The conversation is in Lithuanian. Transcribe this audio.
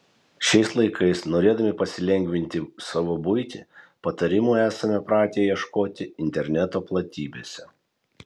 šiais laikais norėdami pasilengvinti savo buitį patarimų esame pratę ieškoti interneto platybėse